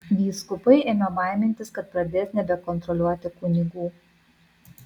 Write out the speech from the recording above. vyskupai ėmė baimintis kad pradės nebekontroliuoti kunigų